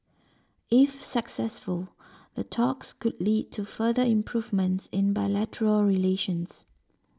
if successful the talks could lead to further improvements in bilateral relations